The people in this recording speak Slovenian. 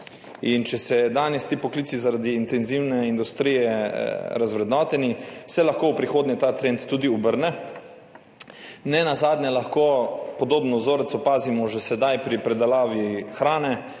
če so danes ti poklici zaradi intenzivne industrije razvrednoteni, se lahko v prihodnje ta trend tudi obrne, nenazadnje lahko podoben vzorec opazimo že sedaj pri pridelavi hrane.